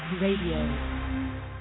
Radio